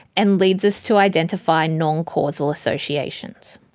and leads us to identify non-causal associations.